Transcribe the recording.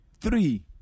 three